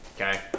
Okay